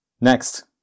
Next